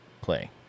play